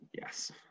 Yes